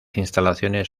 instalaciones